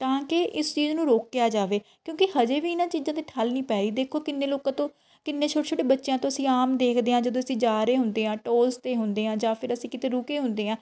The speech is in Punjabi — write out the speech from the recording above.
ਤਾਂ ਕਿ ਇਸ ਚੀਜ਼ ਨੂੰ ਰੋਕਿਆ ਜਾਵੇ ਕਿਉਂਕਿ ਹਜੇ ਵੀ ਇਨ੍ਹਾਂ ਚੀਜ਼ਾਂ 'ਤੇ ਠੱਲ ਨਹੀਂ ਪਾਈ ਦੇਖੋ ਕਿੰਨੇ ਲੋਕਾਂ ਤੋਂ ਕਿੰਨੇ ਛੋਟੇ ਛੋਟੇ ਬੱਚਿਆਂ ਤੋਂ ਅਸੀਂ ਆਮ ਦੇਖਦੇ ਹਾਂ ਜਦੋਂ ਅਸੀਂ ਜਾ ਰਹੇ ਹੁੰਦੇ ਹਾਂ ਟੋਲਸ 'ਤੇ ਹੁੰਦੇ ਹਾਂ ਜਾਂ ਫਿਰ ਅਸੀਂ ਕਿਤੇ ਰੁਕੇ ਹੁੰਦੇ ਹਾਂ